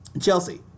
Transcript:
chelsea